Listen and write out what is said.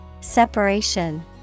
Separation